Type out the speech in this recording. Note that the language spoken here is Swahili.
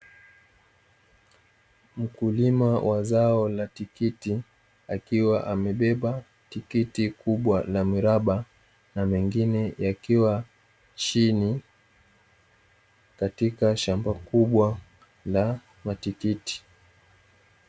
Mkuliima wa zao la tikiti akiwa amebeba tikiti kubwa la miraba, na mengine yakiwa chini katika shamba kubwa la matikiti.